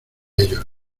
ellos